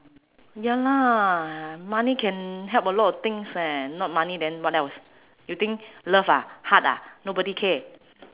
ya lah money can help a lot of things eh not money then what else you think love ah heart ah nobody care